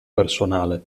personale